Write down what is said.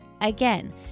Again